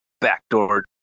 backdoor